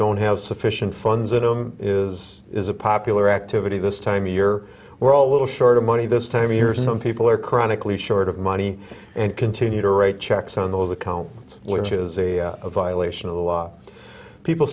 don't have sufficient funds and is is a popular activity this time your we're all little short of money this time of year some people are chronically short of money and continue to write checks on those accounts which is a violation of the law people